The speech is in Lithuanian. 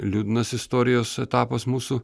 liūdnas istorijos etapas mūsų